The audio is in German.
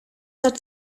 hat